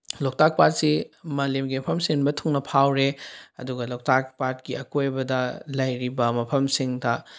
ꯂꯣꯛꯇꯥꯛ ꯄꯥꯠꯁꯤ ꯃꯥꯂꯦꯝꯒꯤ ꯃꯐꯝ ꯁꯤꯟꯕ ꯊꯨꯡꯅ ꯐꯥꯎꯔꯦ ꯑꯗꯨꯒ ꯂꯣꯛꯇꯥꯛ ꯄꯥꯠꯀꯤ ꯑꯀꯣꯏꯕꯗ ꯂꯩꯔꯤꯕ ꯃꯐꯝꯁꯤꯡꯗ